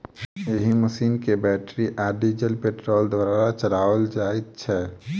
एहि मशीन के बैटरी आ डीजल पेट्रोल द्वारा चलाओल जाइत छै